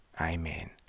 Amen